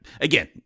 again